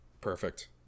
Perfect